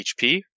HP